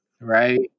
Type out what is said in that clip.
Right